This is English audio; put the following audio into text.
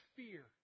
fear